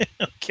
Okay